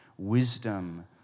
Wisdom